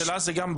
זה עוד קצת מוקדם.